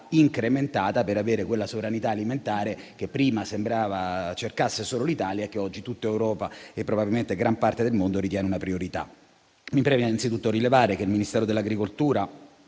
incrementata per avere quella sovranità alimentare che prima sembrava cercasse solo l'Italia e che oggi tutta l'Europa e probabilmente gran parte del mondo ritengono una priorità. Mi preme innanzitutto rilevare che il Ministero dell'agricoltura